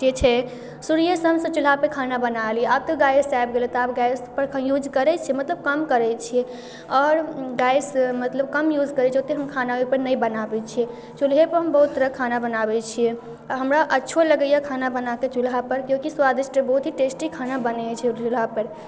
जे छै शुरूएसँ चुल्हापर खाना बनैली आब तऽ गैस आबि गेलै तऽ आब गैसपरके यूज करै छिए मतलब कम करै छिए आओर गैस मतलब कम यूज करै छिए ओतेक हम खाना ओहिपर नहि बनाबै छिए चुल्हेपर हम बहुत तरहके खाना बनाबै छिए आओर हमरा अच्छो लगैए खाना बनाके चुल्हापर कियाकि स्वादिष्ट बहुत ही टेस्टी खाना बने छै ओ चुल्हापर